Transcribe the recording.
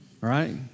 right